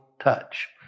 touch